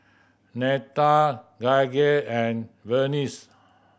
Netta Gaige and Vernice